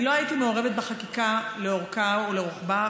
אני לא הייתי מעורבת בחקיקה לאורכה ולרוחבה,